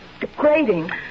degrading